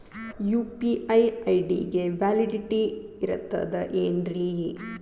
UPI ID ಗೆ validity ಇರತದ ಏನ್ರಿ?